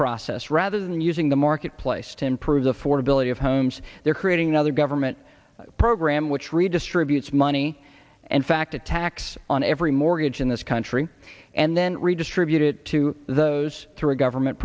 process rather than using the marketplace to improve the affordability of homes they're creating another government program which redistributes money and fact a tax on every mortgage in this country and then redistribute it to those through a government